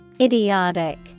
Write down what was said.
Idiotic